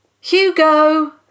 Hugo